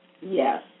Yes